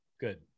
Good